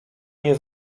nie